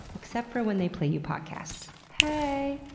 except for when they play you podcasts. haaaay!